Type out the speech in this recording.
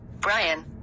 Brian